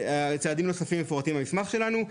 הצעדים הנוספים מפורטים במסמך שלנו,